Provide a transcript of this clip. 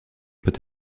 peut